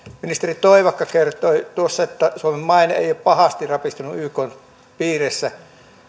ministeri toivakka kertoi tuossa että suomen maine ei ole pahasti rapistunut ykn piirissä